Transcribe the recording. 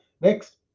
Next